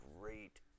great